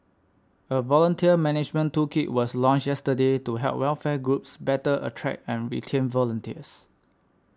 a volunteer management toolkit was launched yesterday to help welfare groups better attract and retain volunteers